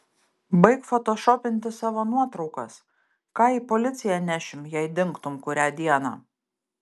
baik fotošopinti savo nuotraukas ką į policiją nešim jei dingtum kurią dieną